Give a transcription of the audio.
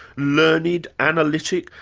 learned, analytic,